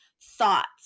thoughts